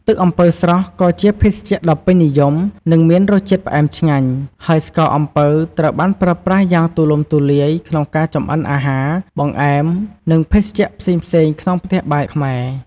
ទឹកអំពៅស្រស់ ក៏ជាភេសជ្ជៈដ៏ពេញនិយម និងមានរសជាតិផ្អែមឆ្ងាញ់ ហើយស្ករអំពៅត្រូវបានប្រើប្រាស់យ៉ាងទូលំទូលាយក្នុងការចម្អិនអាហារ បង្អែម និងភេសជ្ជៈផ្សេងៗក្នុងផ្ទះបាយខ្មែរ។